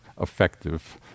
effective